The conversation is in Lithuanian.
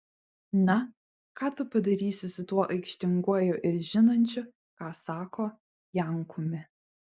na ką tu padarysi su tuo aikštinguoju ir žinančiu ką sako jankumi